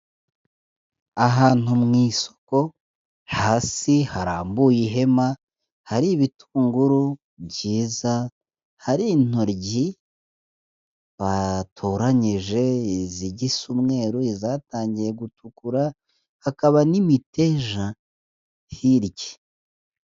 Ahantu mu isoko hasi harambuye ihema, hari ibitunguru byiza, hari intoryi batoranyije izigisa umweru izatangiye gutukura, hakaba n'imiteja hirya.